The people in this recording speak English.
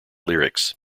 lyrics